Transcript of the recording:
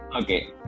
okay